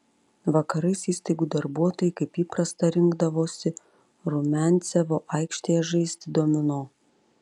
vakarais įstaigų darbuotojai kaip įprasta rinkdavosi rumiancevo aikštėje žaisti domino